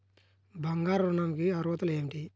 బంగారు ఋణం కి అర్హతలు ఏమిటీ?